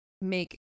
make